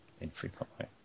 infrequently